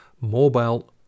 mobile